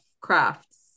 crafts